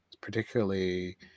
particularly